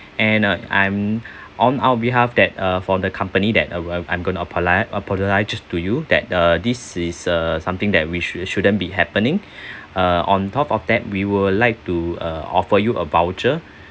and uh I'm on our behalf that uh for the company that I I'm going to apologise to you that uh this is uh something that we sh~ shouldn't be happening uh on top of that we would like to uh offer you a voucher